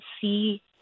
see